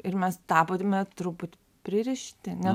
ir mes tapome truputį pririšti ne